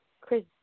Chris